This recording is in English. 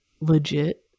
legit